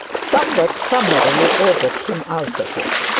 somewhat summarily ordered him out of it.